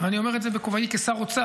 ואני פחות,